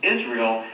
Israel